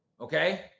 Okay